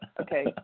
Okay